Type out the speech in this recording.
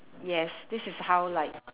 yes this is how like